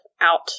out